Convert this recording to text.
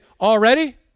already